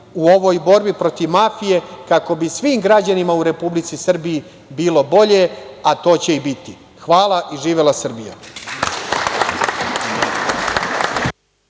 u ovoj borbi protiv mafije kako bi svim građanima u Republici Srbiji bilo bolje, a to će i biti. Hvala. Živela Srbija!